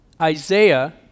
Isaiah